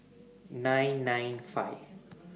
nine nine five